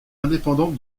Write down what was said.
indépendante